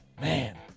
man